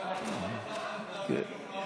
למקום שלי.